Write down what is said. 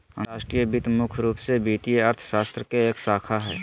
अंतर्राष्ट्रीय वित्त मुख्य रूप से वित्तीय अर्थशास्त्र के एक शाखा हय